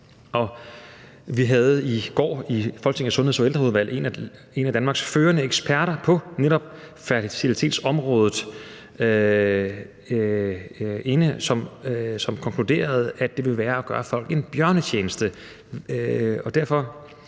Vi havde i går i Folketingets Sundheds- og Ældreudvalg en af Danmarks førende eksperter på netop fertilitetsområdet inde, som konkluderede, at det ville være at gøre folk en bjørnetjeneste,